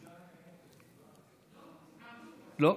מוותר.